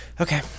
Okay